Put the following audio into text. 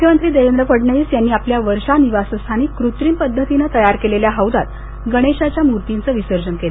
मुख्यमंत्री देवेंद्र फडणवीस यांनी आपल्या वर्षा निवासस्थानी कृत्रिम पद्धतीनं तयार केलेल्या हौदात गणेशाच्या मूर्तीचं विसर्जन केलं